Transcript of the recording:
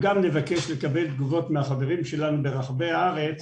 גם נבקש לקבל תגובות מחברים שלנו ברחבי הארץ